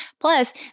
Plus